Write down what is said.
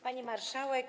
Pani Marszałek!